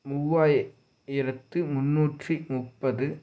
மூவாயிரத்து முந்நூற்றி முப்பது